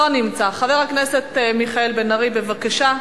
לא נמצא, חבר הכנסת מיכאל בן-ארי, בבקשה.